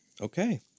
okay